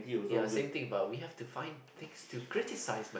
ya same things about we have to find things to criticize man